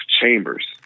Chambers